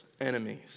enemies